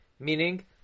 Meaning